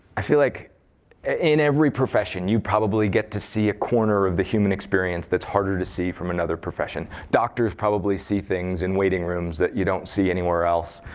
i feel like in every profession, you probably get to see a corner of the human experience that's harder to see from another profession. doctors probably see things in waiting rooms that you don't see anywhere else.